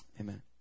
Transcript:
Amen